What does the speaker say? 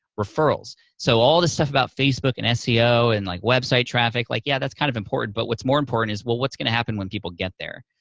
referrals. so all this stuff about facebook and seo and like website traffic, like yeah, that's kind of important, but what's more important is, well, what's gonna happen when people get there?